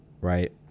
right